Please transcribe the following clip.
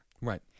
Right